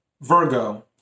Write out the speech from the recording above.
Virgo